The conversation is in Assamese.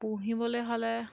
পুহিবলে হ'লে